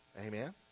Amen